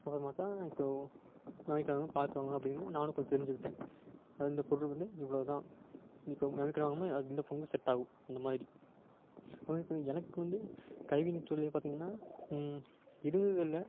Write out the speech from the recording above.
அப்புறம் பார்த்தா இப்போது மெமரி கார்ட் வந்து பார்த்து வாங்கணும் அப்படின்னு நானும் கொஞ்சம் தெரிஞ்சுக்கிட்டேன் அதாவது இந்த பொருள் வந்து இவ்வளோ தான் இப்போது மெமரி கார்டு வாங்கும்போது அது இந்த ஃபோனுக்கு செட் ஆகும் அந்த மாதிரி அதேபோல் எனக்கு வந்து கைவினை தொழிலில் பார்த்தீங்கன்னா இருந்தது இல்லை